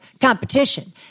competition